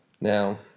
Now